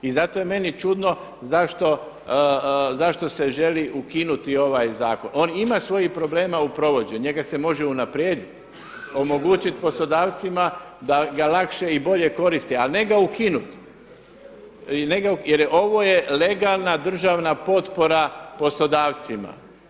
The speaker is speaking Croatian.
I zato je meni čudno zašto se želi ukinuti ovaj zakon, on ima svojih problema u provođenju, njega se može unaprijediti, omogućiti poslodavcima da ga lakše i bolje koristi ali ne ga ukinuti jer ovo je legalna državna potpora poslodavcima.